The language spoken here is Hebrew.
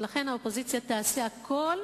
שהכנסת הזאת עסקה בחקיקה.